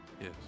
Yes